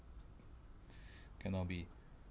cannot be